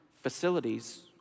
facilities